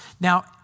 Now